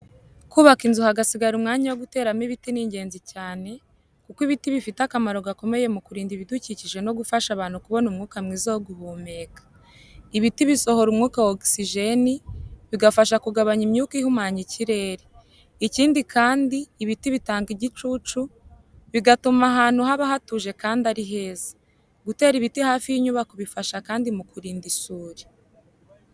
Kubaka inzu hagasigara umwanya wo guteramo ibiti ni ingenzi cyane, kuko ibiti bifite akamaro gakomeye mu kurinda ibidukikije no gufasha abantu kubona umwuka mwiza wo guhumeka. Ibiti bisohora umwuka wa ogisijeni , bigafasha kugabanya imyuka ihumanya ikirere. Ikindi kandi, ibiti bitanga igicucu, bigatuma ahantu haba hatuje kandi ari heza. Gutera ibiti hafi y’inyubako bifasha kandi mu kurinda isuri.